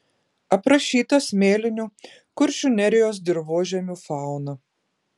aprašyta smėlinių kuršių nerijos dirvožemių fauna